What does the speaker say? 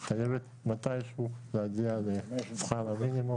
חייב מתי שהוא להגיע לשכר המינימום.